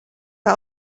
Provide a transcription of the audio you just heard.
war